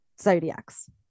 zodiacs